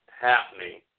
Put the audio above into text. happening